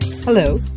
Hello